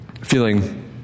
feeling